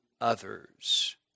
others